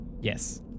Yes